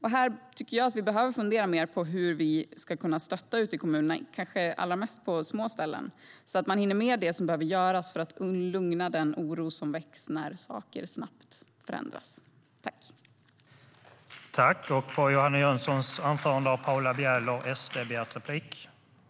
Här tycker jag att vi behöver fundera mer på hur vi ska kunna stötta ute i kommunerna, kanske allra mest på små orter, så att man hinner med det som behöver göras för att lugna den oro som väcks när saker snabbt förändras.